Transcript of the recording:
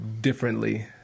differently